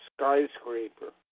skyscraper